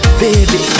baby